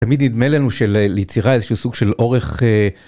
תמיד נדמה לנו שליצירה איזשהו סוג של אורך.